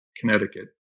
Connecticut